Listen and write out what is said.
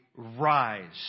rise